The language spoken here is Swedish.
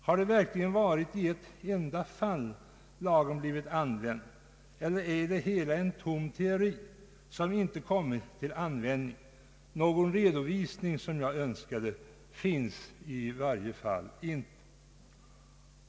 Har lagen någonsin blivit använd i ett enda fall, eller är det hela en tom teori som inte kommit till användning? Någon redovisning, som jag önskade, finns i varje fall inte.